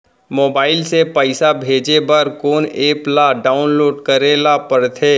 Mobile से पइसा भेजे बर कोन एप ल डाऊनलोड करे ला पड़थे?